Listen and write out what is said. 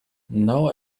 now